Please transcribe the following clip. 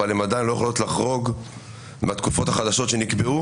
אבל הם עדיין לא יכולות לחרוג מהתקופות החדשות שנקבעו.